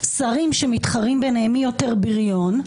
שרים שמתחרים ביניהם מי יותר בריון,